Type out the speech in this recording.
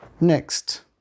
Next